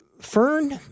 Fern